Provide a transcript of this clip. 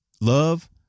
love